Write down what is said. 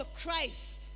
Christ